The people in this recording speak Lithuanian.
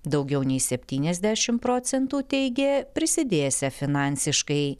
daugiau nei septyniasdešimt procentų teigė prisidėsią finansiškai